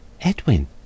Edwin